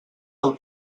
del